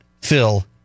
Phil